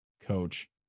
coach